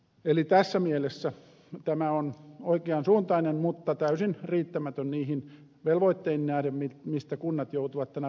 eli tässä mielessä tämä on oikean suuntainen mutta täysin riittämätön niihin velvoitteisiin nähden mistä kunnat joutuvat tänä päivänä vastaamaan